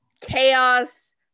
Chaos